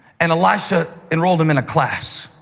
and elisha enrolled him in a class.